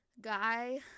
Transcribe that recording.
guy